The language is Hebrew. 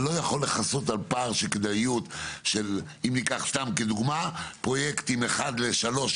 זה לא יכול לכסות על פער של כדאיות אם ניקח סתם כדוגמה פרויקטים של 1:3,